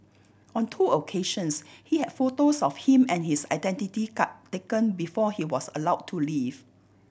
on two occasions he had photos of him and his identity card taken before he was allowed to leave